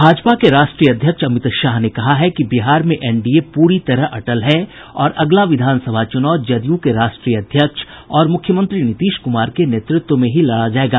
भाजपा के राष्ट्रीय अध्यक्ष अमित शाह ने कहा है कि बिहार में एनडीए पूरी तरह अटल है और अगला विधानसभा चुनाव जदयू के राष्ट्रीय अध्यक्ष और मुख्यमंत्री नीतीश कुमार के नेतृत्व में ही लड़ा जायेगा